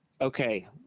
okay